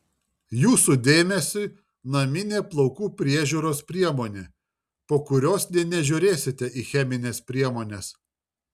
jūsų dėmesiui naminė plaukų priežiūros priemonė po kurios nė nežiūrėsite į chemines priemones